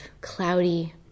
cloudy